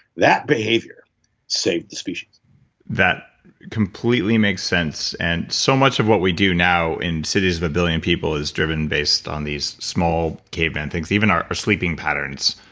that behavior saved the species that completely makes sense, and so much of what we do now in cities of a billion people is driven based on these small caveman things. even our our sleeping patterns,